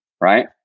right